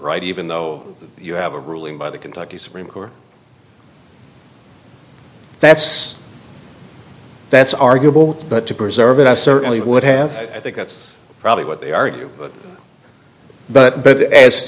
right even though you have a ruling by the kentucky supreme court that's that's arguable but to preserve it i certainly would have i think that's probably what they are but